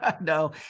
No